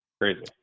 Crazy